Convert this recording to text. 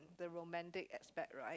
the romantic aspect right